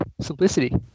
simplicity